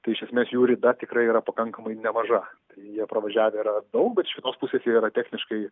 tai iš esmės jų rida tikrai yra pakankamai nemaža jie pravažiavę yra daug bet iš kitos pusės jie yra techniškai